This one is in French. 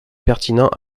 pertinents